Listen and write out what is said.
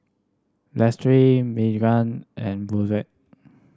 Meagan and